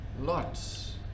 lots